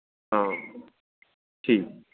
हां ठीक